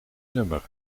nummer